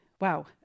Wow